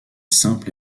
simple